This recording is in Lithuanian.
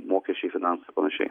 mokesčiai finansai ir panašiai